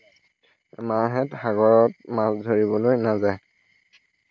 মাহঁত সাগৰত মাছ ধৰিবলৈ নাযায়